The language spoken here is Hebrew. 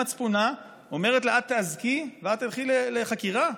למצפונה, אומרת לה: את תיאזקי ואת תלכי לחקירה?